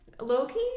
Loki